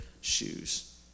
shoes